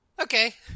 Okay